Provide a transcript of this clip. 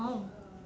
!wow!